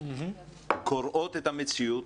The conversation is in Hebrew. קוראים את המציאות,